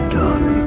done